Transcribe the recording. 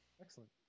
Excellent